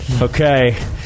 Okay